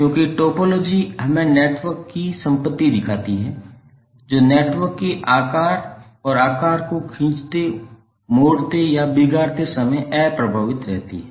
क्योंकि टोपोलॉजी हमें नेटवर्क की संपत्ति दिखाती है जो नेटवर्क के आकार और आकार को खींचते मोड़ते या बिगाड़ते समय अप्रभावित रहती है